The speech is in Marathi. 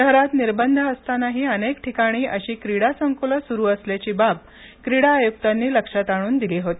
शहरात निर्बंध असतानाही अनेक ठिकाणी अशी क्रीडा संक्लं सुरू असल्याची बाब क्रीडा आयुक्तांनी लक्षात आणून दिली होती